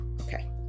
Okay